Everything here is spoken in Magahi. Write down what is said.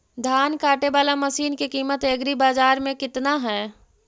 धान काटे बाला मशिन के किमत एग्रीबाजार मे कितना है?